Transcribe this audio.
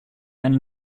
eine